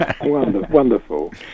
wonderful